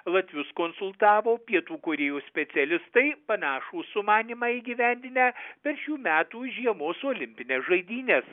latvius konsultavo pietų korėjos specialistai panašų sumanymą įgyvendinę per šių metų žiemos olimpines žaidynes